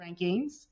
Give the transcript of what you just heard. rankings